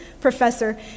professor